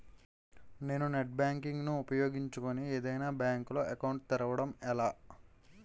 నేను net banking ను ఉపయోగించుకుని ఏదైనా బ్యాంక్ లో అకౌంట్ తెరవడం ఎలా?